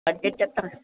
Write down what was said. budget എത്ര